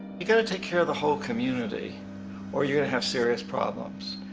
you gotta take care of the whole community or you're gonna have serious problems.